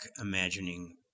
imagining